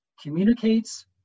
communicates